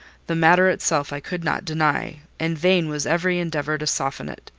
the matter itself i could not deny, and vain was every endeavour to soften it.